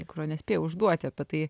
kurio nespėjau užduoti apie tai